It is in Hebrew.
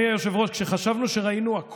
אני לא מתבייש בשירות הצבאי שלי.